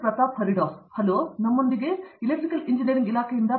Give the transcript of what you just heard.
ಪ್ರತಾಪ್ ಹರಿಡೋಸ್ ಅವರು ಇಲ್ಲಿ ಐಐಟಿ ಮದ್ರಾಸ್ನಲ್ಲಿ ಈಗ 7 ವರ್ಷಗಳ ಕಾಲ ಇಲಾಖೆಯಲ್ಲಿದ್ದಾರೆ